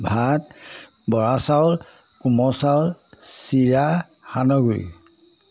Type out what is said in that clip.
ভাত বৰা চাউল কোমল চাউল চিৰা সান্দহ গুড়ি